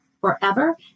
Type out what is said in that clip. forever